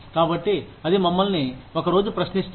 కాబట్టి అది మమ్మల్ని ఒక రోజు ప్రశ్నిస్తారు